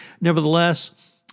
Nevertheless